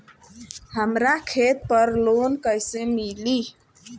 हमरा खेत पर लोन कैसे मिली?